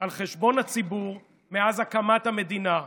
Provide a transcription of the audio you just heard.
על חשבון הציבור מאז הקמת המדינה.